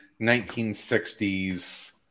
1960s